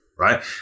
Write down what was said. right